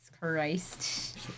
Christ